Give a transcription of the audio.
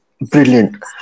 brilliant